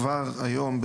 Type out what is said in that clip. כבר היום,